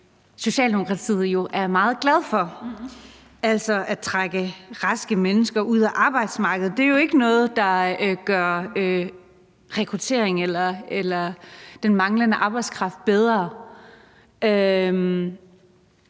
Socialdemokratiet jo er meget glad for, altså at trække raske mennesker ud af arbejdsmarkedet. Det er jo ikke noget, der gør rekruttering eller situationen med den manglende arbejdskraft bedre.